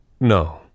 No